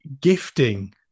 gifting